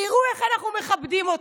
תראו איך אנחנו מכבדים אתכם.